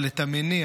אבל את המניע,